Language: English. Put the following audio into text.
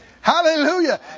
Hallelujah